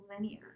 linear